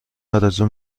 آرزو